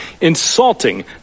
insulting